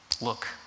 Look